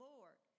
Lord